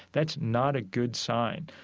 that's not a good sign.